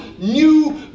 new